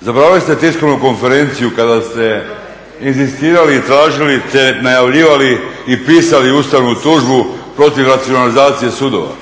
zaboravili ste tiskovnu konferenciju kada ste inzistirali i tražili te najavljivali i pisali ustavnu tužbu protiv nacionalizacije sudova.